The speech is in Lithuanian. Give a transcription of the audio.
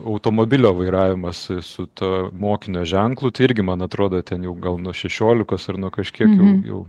automobilio vairavimas su su tuo mokinio ženklu irgi man atrodo ten jau gal nuo šešiolikos ar nuo kažkiek jau jau